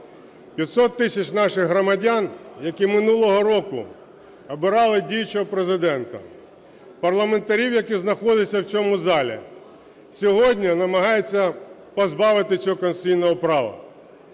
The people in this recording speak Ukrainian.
500 тисяч наших громадян, які минулого року обирали діючого Президента, парламентарів, які знаходяться в цьому залі, сьогодні намагаються позбавити цього конституційного права.